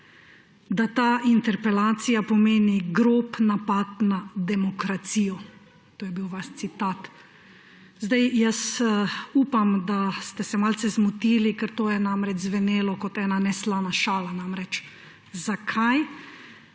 da ta interpelacija pomeni grob napad na demokracijo. To je bil vaš citat. Upam, da ste se malce zmotili, ker to je namreč zvenelo kot ena neslana šala. Zakaj